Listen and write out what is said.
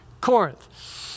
Corinth